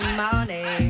money